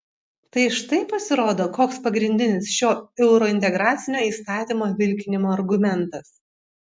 tai štai pasirodo koks pagrindinis šio eurointegracinio įstatymo vilkinimo argumentas